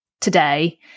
today